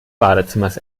badezimmers